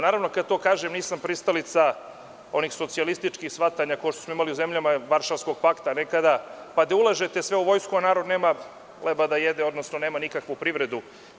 Naravno, kada to kažem nisam pristalica onih socijalističkih shvatanja kao što smo imali u zemljama „Varšavskog pakta“ nekada, pa da ulažete sve u vojsku, a narod nema leba da jede, odnosno nema nikakvu privredu.